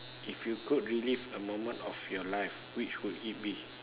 if you could relive a moment of your life which would it be